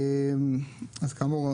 כאמור,